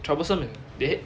troublesome eh